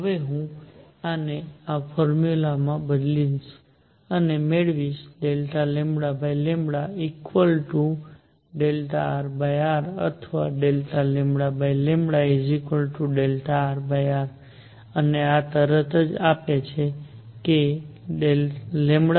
હવે હું આને આ ફોર્મ્યુલામાં બદલી અને મેળવીશ Δλ ઇક્વલ ટુ Δrr અથવા dλdrr અને આ તરત જ તમને આપે છે કે rconstant